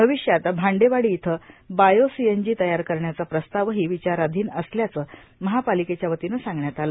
भविष्यात भांडेवाडी इथं बायोसीएनजी तयार करण्याचा प्रस्तावही विचाराधीन असल्याचं महापालिकेच्या वतीनं सांगण्यात आलं